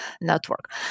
network